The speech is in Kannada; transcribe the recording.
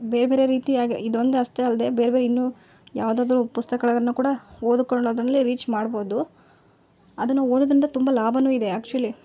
ಬೇರೆಬೇರೆ ರೀತಿಯಾಗೆ ಇದೊಂದು ಅಷ್ಟೆ ಅಲ್ಲದೆ ಬೇರ್ಬೆರೆ ಇನ್ನು ಯಾವುದಾದ್ರು ಪುಸ್ತಕಗಳಗನ್ನು ಕೂಡ ಓದಿಕೊಳ್ಳೊದ್ರಲ್ಲಿ ರೀಚ್ ಮಾಡ್ಬೌದು ಅದನ್ನು ಓದೋದರಿಂದ ತುಂಬ ಲಾಭಾ ಇದೆ ಆ್ಯಕ್ಚುಲಿ